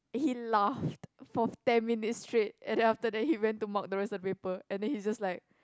and he laughed for ten minutes straight and then after that he went to mark the rest of the paper and then he's just like